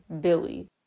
Billy